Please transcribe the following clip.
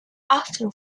after